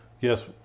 Yes